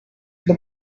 the